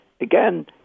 again